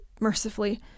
mercifully